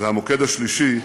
והמוקד השלישי,